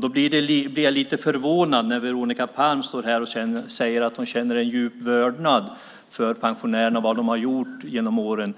Då blir jag lite förvånad när Veronica Palm står här och säger att hon känner en djup vördnad för pensionärerna och vad de har gjort genom åren.